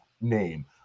name